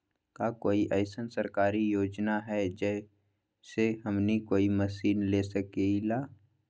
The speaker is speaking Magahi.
का कोई अइसन सरकारी योजना है जै से हमनी कोई मशीन ले सकीं ला?